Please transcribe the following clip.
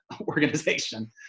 organization